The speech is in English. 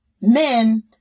men